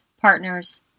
partners